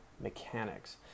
mechanics